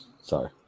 Sorry